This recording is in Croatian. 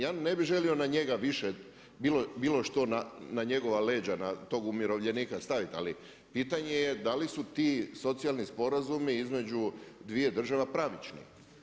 Ja ne bih želio na njega više bilo što na njegova leđa, na tog umirovljenika staviti ali pitanje je da li su ti socijalni sporazumi između dviju država pravični.